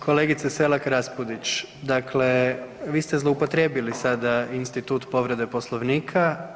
Kolegice Selak RAspudić, dakle vi ste zloupotrijebili sada institut povrede Poslovnika.